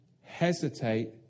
hesitate